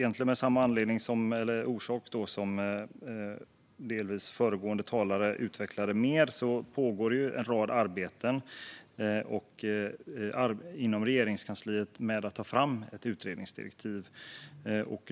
Det pågår en rad arbeten inom Regeringskansliet, som föregående talare utvecklade mer, med att ta fram ett utredningsdirektiv.